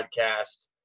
podcast